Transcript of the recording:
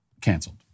canceled